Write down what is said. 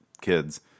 kids